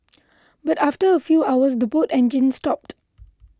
but after a few hours the boat engines stopped